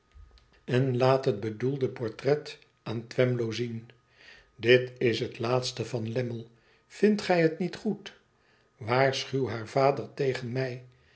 en laat het bedoelde portret aan twemlow zien dit is het laatste van lammie vindt gij het niet goed waarschuw haar vader tegen mij